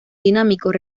dinámicos